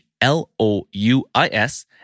L-O-U-I-S